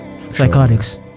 psychotics